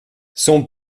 son